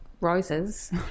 roses